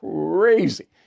crazy